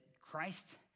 Christ